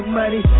money